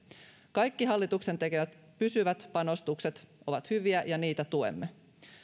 kaikki hallituksen tekemät pysyvät panostukset ovat hyviä ja niitä tuemme